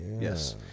Yes